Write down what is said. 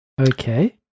Okay